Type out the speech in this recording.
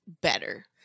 better